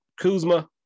Kuzma